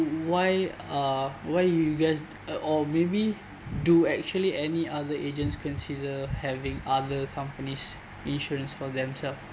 why uh why you guys uh or maybe do actually any other agents consider having other companies insurance for themselves